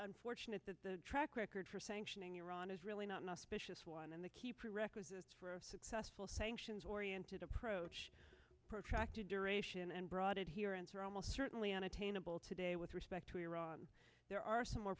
unfortunate that the track record for sanctioning iran is really not an auspicious one and the key prerequisites for a successful sanctions oriented approach protracted duration and brought it here answer almost certainly unattainable today with respect to iran there are some more